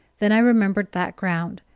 then i remembered that ground,